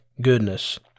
goodness